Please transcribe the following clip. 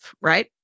Right